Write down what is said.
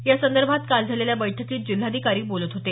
यासंदर्भात काल झालेल्या बैठकीत जिल्हाधिकारी बोलत होते